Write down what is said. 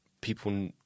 people